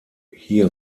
hier